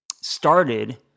started